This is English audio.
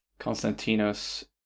Constantinos